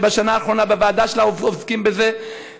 שבשנה האחרונה עוסקים בזה בוועדה שלה.